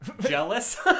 jealous